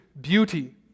beauty